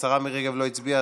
השרה מירי רגב לא הצביעה,